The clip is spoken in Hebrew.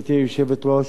גברתי היושבת-ראש,